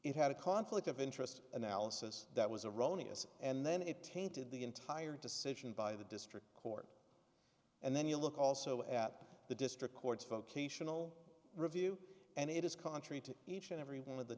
it had a conflict of interest analysis that was a rony as and then it tainted the entire decision by the district court and then you look also at the district court's vocational review and it is contrary to each and every one of the